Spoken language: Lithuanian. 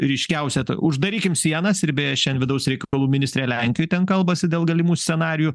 ryškiausia uždarykim sienas ir beje šiandien vidaus reikalų ministrė lenkijoj ten kalbasi dėl galimų scenarijų